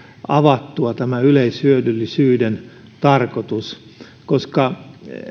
avattua yleishyödyllisyyden tarkoitus koska